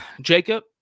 Jacob